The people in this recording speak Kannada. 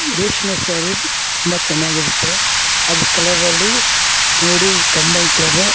ರೇಷ್ಮೆ ಸ್ಯಾರಿ ತುಂಬ ಚೆನ್ನಾಗಿರುತ್ತೆ ಅದ್ರ ಕಲರಲ್ಲಿ ನೋಡಿ ಕಂಬೈಂಡ್ ಥರ